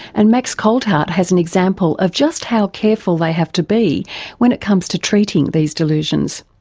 and max coltheart has an example of just how careful they have to be when it comes to treating these delusions.